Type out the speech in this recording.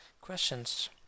questions